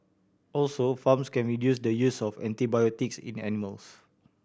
also farms can reduce the use of antibiotics in animals